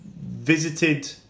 visited